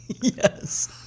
Yes